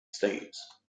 states